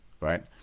Right